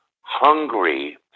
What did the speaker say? hungry